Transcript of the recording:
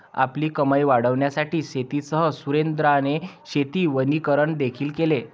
आपली कमाई वाढविण्यासाठी शेतीसह सुरेंद्राने शेती वनीकरण देखील केले